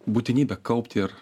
būtinybę kaupti ir